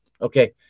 Okay